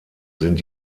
sind